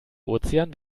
ozean